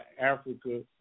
Africa